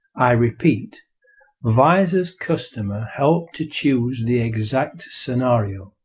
i repeat visor's customer helped to choose the exact scenario.